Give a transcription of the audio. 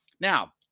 Now